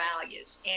values